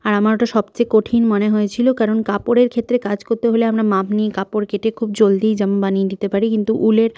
আর আমার ওটা সবচেয়ে কঠিন মনে হয়েছিল কারণ কাপড়ের ক্ষেত্রে কাজ করতে হলে আমরা মাপ নিই কাপড় কেটে খুব জলদি জামা বানিয়ে দিতে পারি কিন্তু উলের